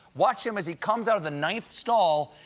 watch him as he comes out of the ninth stall.